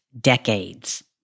decades